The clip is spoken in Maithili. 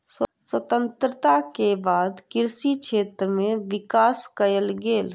स्वतंत्रता के बाद कृषि क्षेत्र में विकास कएल गेल